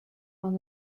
when